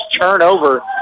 turnover